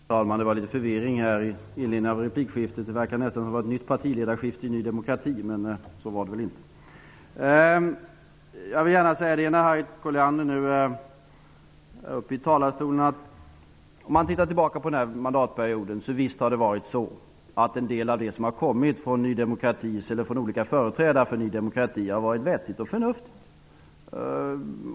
Fru talman! Det var litet förvirring här i kammaren före Harriet Collianders replik. Det verkade nästan som om det var ett nytt partiledarskifte i Ny demokrati, men så var det väl inte? Om man tittar tillbaka på den här mandatperioden kan man se att en del av de förslag som har kommit från olika företrädare för Ny demokrati visst har varit vettiga och förnuftiga.